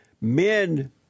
Men